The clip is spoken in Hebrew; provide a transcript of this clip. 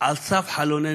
על סף חלוננו.